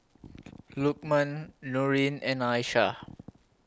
Lukman Nurin and Aishah